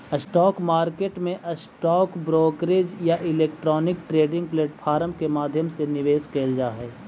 stock market में stock brokerage या electronic trading platform के माध्यम से निवेश कैल जा हइ